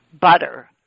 butter